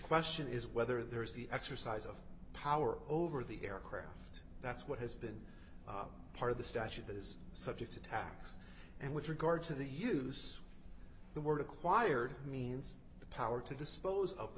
question is whether there is the exercise of power over the aircraft that's what has been part of the statute that is subject to tax and with regard to the use the word acquired means the power to dispose of the